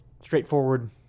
straightforward